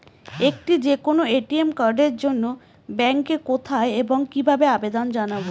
একটি যে কোনো এ.টি.এম কার্ডের জন্য ব্যাংকে কোথায় এবং কিভাবে আবেদন জানাব?